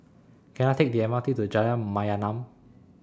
Can I Take The M R T to Jalan Mayaanam